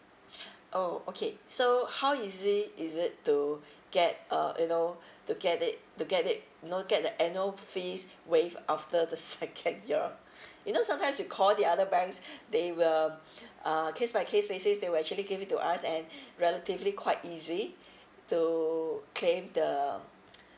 oh okay so how easy is it to get uh you know to get it to get it you know get the annual fees waived after the second year you know sometimes you call the other banks they will uh case by case basis they will actually gave it to us and relatively quite easy to claim the